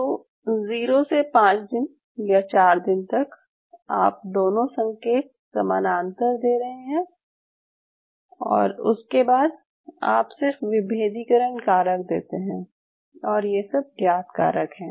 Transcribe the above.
तो 0 से पांच दिन या चार दिन तक आप दोनों संकेत समानांतर दे रहे हैं और उसके बाद आप सिर्फ विभेदीकरण कारक देते हैं और ये सब ज्ञात कारक हैं